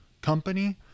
company